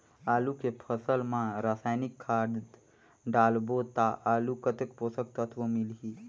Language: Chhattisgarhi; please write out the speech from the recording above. आलू के फसल मा रसायनिक खाद डालबो ता आलू कतेक पोषक तत्व मिलही?